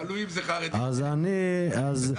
אז אני לא